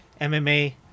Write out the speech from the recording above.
MMA